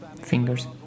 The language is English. Fingers